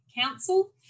Council